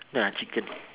ah chicken